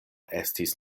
estis